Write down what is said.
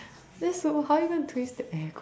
that's so how you gonna twist the air con